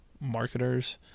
marketers